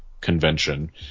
convention